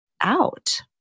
out